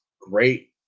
great